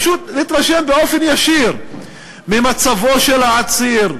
פשוט להתרשם באופן ישיר ממצבו של העציר,